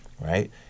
right